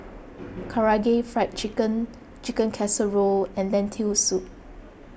Karaage Fried Chicken Chicken Casserole and Lentil Soup